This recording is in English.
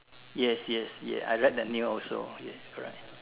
yes yes yea I read that news also yes correct